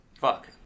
fuck